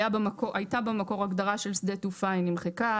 הייתה במקור הגדרה של שדה תעופה, היא נמחקה.